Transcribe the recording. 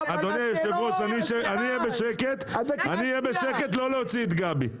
אדוני, אני אהיה בשקט, לא להוציא את גבי.